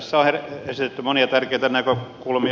tässä on esitetty monia tärkeitä näkökulmia